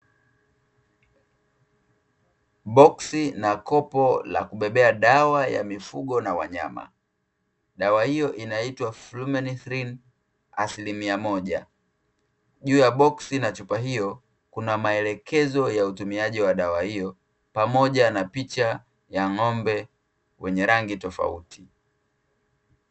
Boksi na kopo la kubebea dawa ya mifugo na wanyama, dawa hiyo inaitwa "flumenthrin asilimia moja". Juu ya boksi na chupa hiyo kuna maelekezo ya utumiaji wa dawa hiyo, pamoja na picha ya ng'ombe wenye rangi tofauti tofauti.